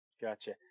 Gotcha